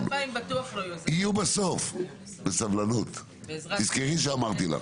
יהיו בסוף בסבלנות, תזכרי שאמרתי לך.